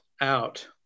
out